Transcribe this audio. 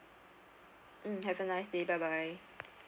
mm have a nice day bye bye